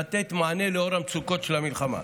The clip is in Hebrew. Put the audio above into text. לתת מענה לאור המצוקות של המלחמה.